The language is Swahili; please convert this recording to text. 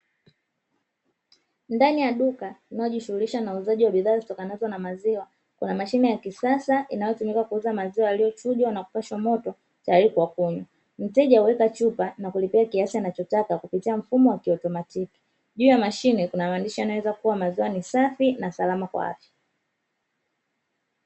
Ndani ya duka linalojishughulisha na uuzaji wa bidhaa zitokanazo na maziwa, kuna mashine ya kisasa inayotumika kuuza maziwa yaliyochujwa na kupashwa moto tayari kwa kunywa. Mteja huweka chupa na kulipia kiasi anachotaka kupitia mfumo wa kiautomatiki. Juu ya mashine kuna maandishi yanayoeleza kuwa maziwa ni safi na salama kwa afya.